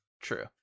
True